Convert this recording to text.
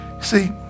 See